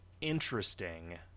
interesting